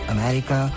America